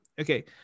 Okay